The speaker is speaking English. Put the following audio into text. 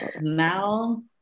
now